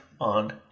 on